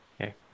Okay